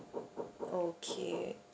okay